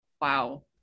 Wow